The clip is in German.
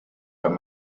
wenn